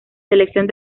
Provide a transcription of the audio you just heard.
selección